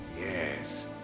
yes